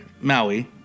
Maui